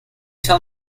tell